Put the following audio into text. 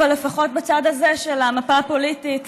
אבל לפחות בצד הזה של המפה הפוליטית